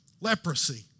Leprosy